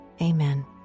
amen